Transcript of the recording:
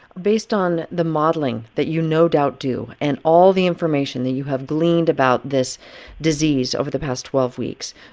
based on the modelling that you no doubt do and all the information that you have gleaned about this disease over the past twelve weeks,